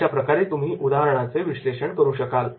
अशाप्रकारे तुम्ही त्या उदाहरणाचे विश्लेषण करू शकाल